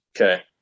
Okay